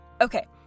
Okay